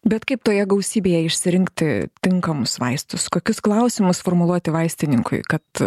bet kaip toje gausybėje išsirinkti tinkamus vaistus kokius klausimus formuluoti vaistininkui kad